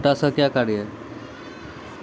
Potash का क्या कार्य हैं?